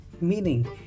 meaning